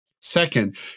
Second